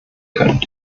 können